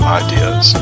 ideas